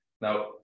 Now